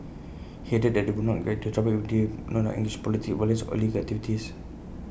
he added that they would not get into trouble if they do not engage in politics violence or illegal activities